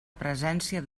presència